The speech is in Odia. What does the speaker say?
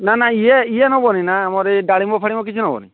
ନା ନା ଇଏ ଇଏ ନେବନି ନା ଏ ଆମର ଡାଳିମ୍ବ ଫାଳିମ୍ବ କିଛି ନେବନି